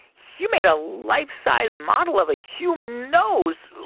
you made a life-size model of a human nose.